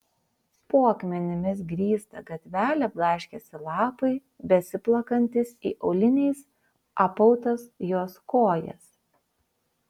po akmenimis grįstą gatvelę blaškėsi lapai besiplakantys į auliniais apautas jos kojas